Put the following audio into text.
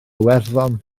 iwerddon